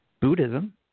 Buddhism